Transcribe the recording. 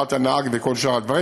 הכשרת הנהג וכל שאר הדברים.